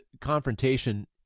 confrontation